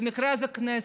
במקרה הזה הכנסת,